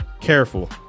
careful